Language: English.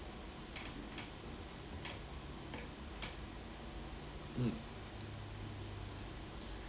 mm